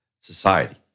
society